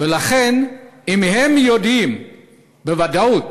ולכן אם הם יודעים בוודאות